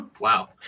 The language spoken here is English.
Wow